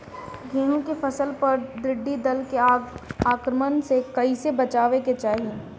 गेहुँ के फसल पर टिड्डी दल के आक्रमण से कईसे बचावे के चाही?